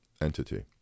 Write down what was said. entity